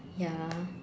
ya